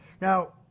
Now